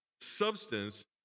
substance